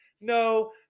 no